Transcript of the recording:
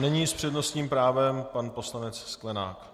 Nyní s přednostním právem pan poslanec Sklenák.